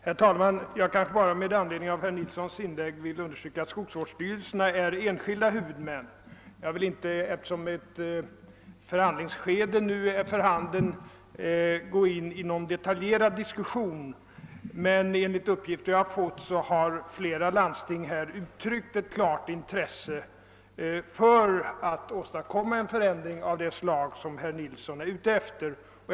Herr talman! Jag vill med anledning av herr Nilssons i Tvärålund inlägg understryka att skogsvårdsstyrelserna är enskilda huvudmän. Eftersom ett förhandlingsskede nu är för handen vill jag inte gå in i någon detaljdiskussion, men jag kan nämna att enligt uppgifter jag har fått har flera landsting uttryckt ett klart intresse för att åstadkomma en förändring av det slag som herr Nilsson är ute efter.